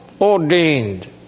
ordained